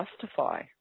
justify